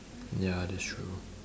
ya that's true